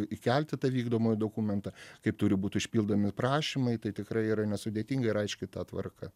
įkelti tą vykdomąjį dokumentą kaip turi būt užpildomi prašymai tai tikrai yra nesudėtinga ir aiški ta tvarka